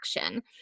Action